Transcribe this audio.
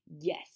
Yes